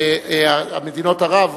ומדינות ערב,